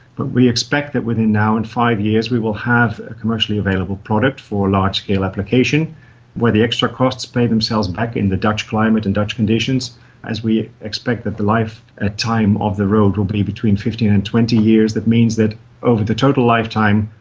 but we expect that within now and five years we will have a commercially available product for large-scale application where the extra costs pay themselves back in the dutch climate and dutch conditions as we expect that life and ah time of the road will be between fifteen and twenty years. that means that over the total lifetime,